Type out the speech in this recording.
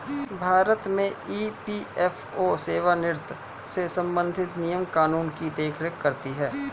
भारत में ई.पी.एफ.ओ सेवानिवृत्त से संबंधित नियम कानून की देख रेख करती हैं